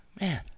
Man